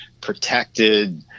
protected